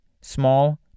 small